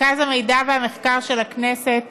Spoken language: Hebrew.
מרכז המידע והמחקר של הכנסת